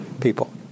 People